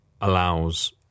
allows